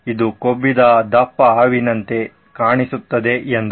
ಇದು ಕೊಬ್ಬಿದ ದಪ್ಪ ಹಾವಿನಂತೆ ಕಾಣಿಸುತ್ತದೆ ಎಂದ